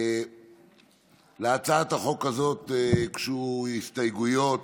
להצעת החוק הזאת הוגשו הסתייגויות: